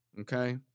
okay